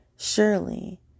Surely